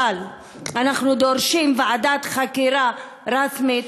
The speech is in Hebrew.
אבל אנחנו דורשים ועדת חקירה רשמית,